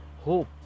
hope